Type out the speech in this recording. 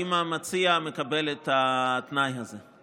האם המציע מקבל את התנאי הזה?